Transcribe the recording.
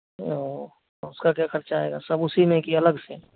ओ उसका क्या खर्चा आएगा सब उसी में कि अलग से